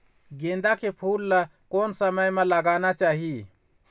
गेंदा के फूल ला कोन समय मा लगाना चाही?